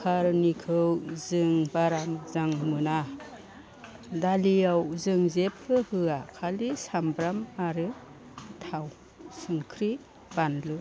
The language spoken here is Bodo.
खुखारनिखौ जों बारा मोजां मोना दालिआव जों जेबो होआ खालि सामब्राम आरो थाव संख्रि बानलु